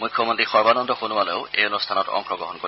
মুখ্যমন্ত্ৰী সৰ্বানন্দ সোণোৱালেও এই অনুষ্ঠানত অংশগ্ৰহণ কৰিব